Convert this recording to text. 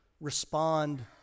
respond